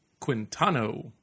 Quintano